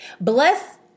Bless